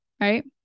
right